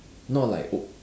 not like O~